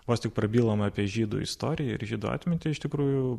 vos tik prabylama apie žydų istoriją ir žydų atmintį iš tikrųjų